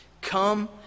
Come